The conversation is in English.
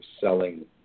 selling